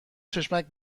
چشمک